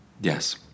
Yes